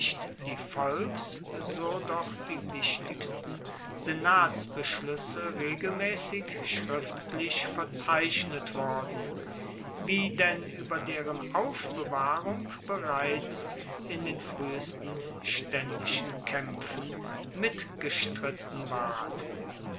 die volks so doch die wichtigsten senatsbeschluesse regelmaessig schriftlich verzeichnet worden wie denn ueber deren aufbewahrung bereits in den fruehesten staendischen kaempfen mitgestritten ward